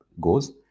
goes